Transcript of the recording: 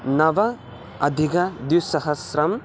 नवाधिकद्विसहस्रम्